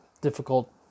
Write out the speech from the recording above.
difficult